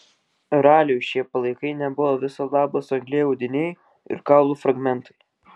raliui šie palaikai nebuvo viso labo suanglėję audiniai ir kaulų fragmentai